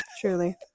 Truly